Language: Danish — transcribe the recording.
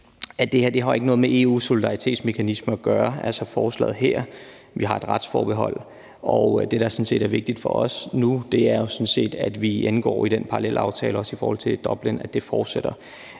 at forslaget her ikke har noget med EU's solidaritetsmekanisme at gøre. Vi har et retsforbehold, og det, der er vigtigt for os nu, er jo sådan set, at vi indgår i den parallelaftale, også i forhold til Dublin, og at det fortsætter,